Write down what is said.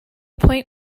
point